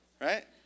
right